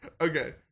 Okay